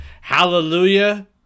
hallelujah